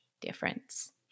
difference